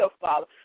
Father